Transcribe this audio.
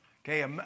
Okay